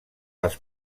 les